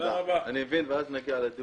תודה רבה, הישיבה נעולה.